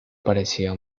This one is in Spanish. parecía